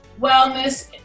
wellness